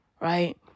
Right